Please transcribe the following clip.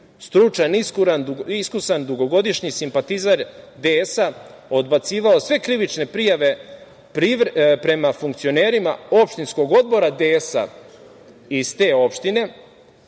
stručan, iskusan, dugogodišnji simpatizer DS, odbacivao sve krivične prijave prema funkcionerima opštinskog odbora DS iz te opštine,